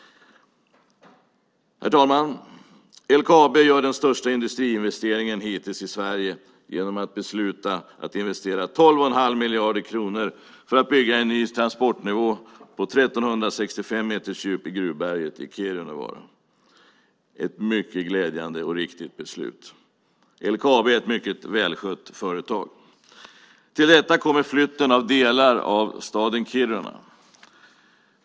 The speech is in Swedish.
Herr talman! LKAB gör den största industriinvesteringen hittills i Sverige genom att besluta att investera 12 1⁄2 miljard kronor för att bygga en ny transportnivå på 1 365 meters djup i gruvberget i Kirunavaara. Det är ett mycket glädjande och riktigt beslut. LKAB är ett mycket välskött företag. Till detta kommer flytten av delar av staden Kiruna.